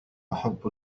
أحب